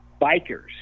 bikers